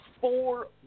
four